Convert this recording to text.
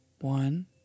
one